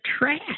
trash